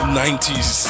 90s